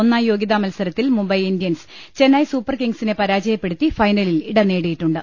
ഒന്നാം യോഗൃതാമ ത്സരത്തിൽ മുംബൈ ഇന്ത്യൻസ് ചെന്നൈ സൂപ്പർകിംഗ്സിനെ പരാജയപ്പെടുത്തി ഫൈനലിൽ ഇടം നേടിയിട്ടുണ്ട്